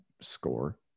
score